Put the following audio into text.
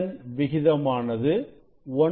இதன் விகிதமானது 1